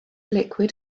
liquid